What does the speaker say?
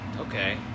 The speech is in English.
Okay